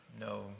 No